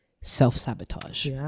self-sabotage